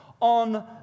on